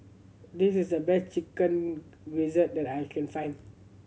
this is the best Chicken Gizzard that I can find